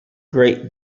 great